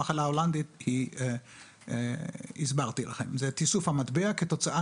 המחלה ההולנדית זה תיסוף המטבע כתוצאה